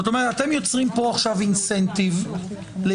זאת אומרת שאתם יוצרים פה עכשיו אינסנטיב לייצר